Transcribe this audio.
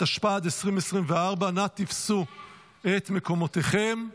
התשפ"ד 2024. נא תפסו את מקומותיכם.